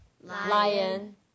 Lion